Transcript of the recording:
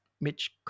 Mitch